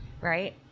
right